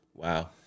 Wow